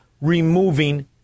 removing